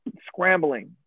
scrambling